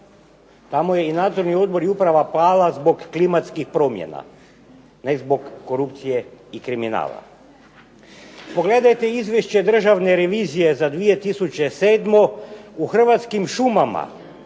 pa mu je i Nadzorni odbor i uprava pala zbog klimatskih promjena, ne zbog korupcije i kriminala. Pogledajte Izvješće Državne revizije za 2007. u Hrvatskim šumama